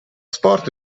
sport